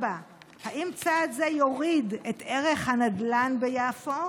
4. האם צעד זה יוריד את ערך הנדל"ן ביפו?